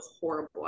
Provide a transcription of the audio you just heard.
horrible